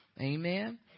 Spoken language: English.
amen